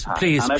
please